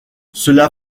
cela